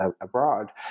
abroad